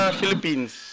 Philippines